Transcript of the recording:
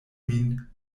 min